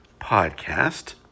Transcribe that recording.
podcast